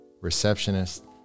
receptionist